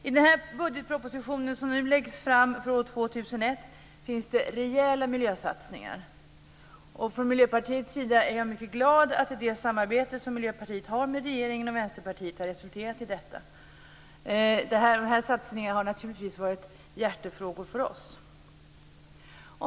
I budgetpropositionen för år 2001 finns det rejäla miljösatsningar, och jag är å Miljöpartiets vägnar mycket glad över att det samarbete som Miljöpartiet har med regeringen och Vänsterpartiet har resulterat i detta. Dessa satsningar har naturligtvis varit hjärtefrågor för oss.